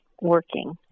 working